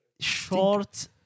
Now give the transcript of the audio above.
short